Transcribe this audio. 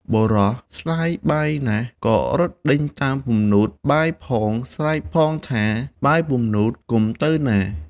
បុរសស្តាយបាយណាស់ ក៏រត់ដេញតាមពំនូតបាយផង ស្រែកផងថា ឈប់បាយ បាយពំនួត សុំកុំទៅណា ។